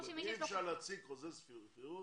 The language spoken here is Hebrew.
אבל אי-אפשר להציג חוזה שכירות